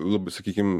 labai sakykim